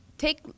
Take